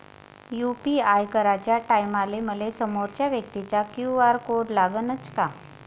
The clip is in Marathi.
यू.पी.आय कराच्या टायमाले मले समोरच्या व्यक्तीचा क्यू.आर कोड लागनच का?